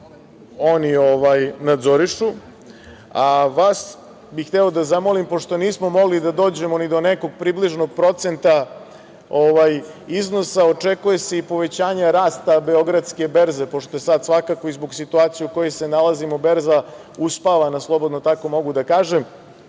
oni nadzorišu, a vas bi hteo da zamolim, pošto nismo mogli da dođemo ni do nekog približnog procenta iznosa, očekuje se i povećanje rasta Beogradske berze pošto je sad svakako i zbog situacije u kojoj se nalazimo berza uspavana, slobodno tako mogu da kažem,